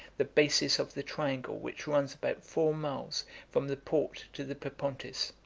the basis of the triangle which runs about four miles from the port to the propontis.